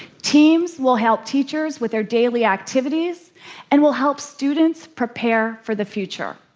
teams will help teachers with their daily activities and will help students prepare for the future.